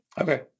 Okay